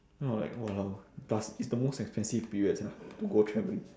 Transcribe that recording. ya like !walao! plus it's the most expensive period sia to go travelling